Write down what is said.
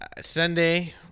Sunday